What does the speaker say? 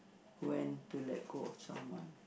when to let go of someone